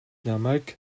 намайг